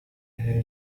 ibi